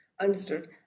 Understood